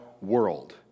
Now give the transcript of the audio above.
world